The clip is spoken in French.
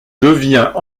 devient